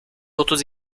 otuz